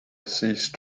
ceased